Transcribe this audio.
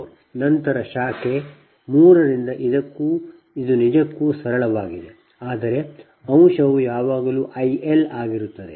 ನಂತರ ಶಾಖೆ 3 ರಿಂದ ಇದು ನಿಜಕ್ಕೂ ಸರಳವಾಗಿದೆ ಆದರೆ ಅಂಶವು ಯಾವಾಗಲೂ I L ಆಗಿರುತ್ತದೆ